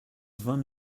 vingt